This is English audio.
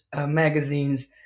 magazines